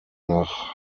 nach